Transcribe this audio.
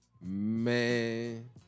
Man